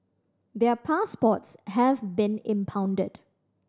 their passports have been impounded